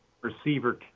receiver